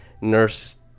Nurse